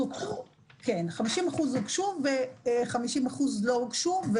50% הוגשו ו-50% לא הוגשו,